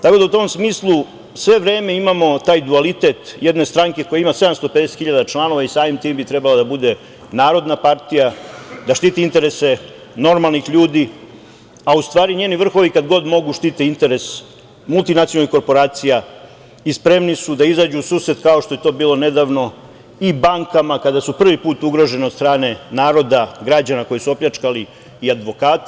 Tako da u tom smislu sve vreme imamo taj dualitet jedne stranke koja ima 750.000 članova i samim tim bi trebalo da bude narodna partija, da štiti interese normalnih ljudi, a u stvari njeni vrhovi, kad god mogu, štite interes multinacionalnih korporacija i spremni su da izađu u susret, kao što je to bilo nedavno, i bankama kada su prvi put ugrožene od strane naroda, građana koje su opljačkali i advokati.